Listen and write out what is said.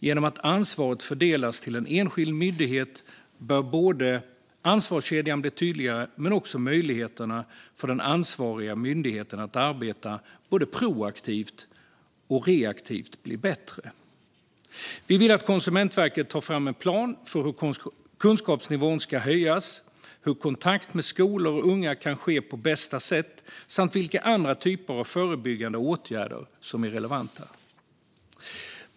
Genom att ansvaret fördelas till en enskild myndighet bör ansvarskedjan bli tydligare, och möjligheterna för den ansvariga myndigheten att arbeta både proaktivt och reaktivt bör bli bättre. Vi vill att Konsumentverket tar fram en plan för hur kunskapsnivån ska höjas, hur kontakt med skolor och unga kan ske på bästa sätt samt vilka andra typer av förebyggande åtgärder som är relevanta.